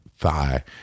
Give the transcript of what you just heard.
Thigh